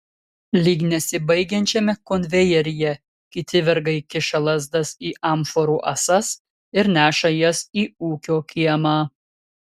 lyg nesibaigiančiame konvejeryje kiti vergai kiša lazdas į amforų ąsas ir neša jas į ūkio kiemą